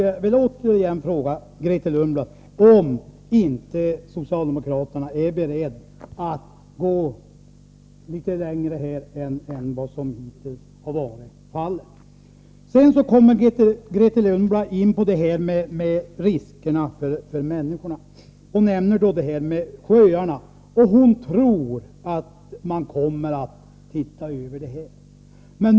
Jag vill återigen fråga Grethe Lundblad om socialdemokraterna inte är beredda att gå litet längre i den här frågan än vad som hittills varit fallet. Grethe Lundblad kommer vidare in på frågan om riskerna för människor 113 na. Hon nämner problemet med sjöarna, och hon tror att man kommer att se över frågan.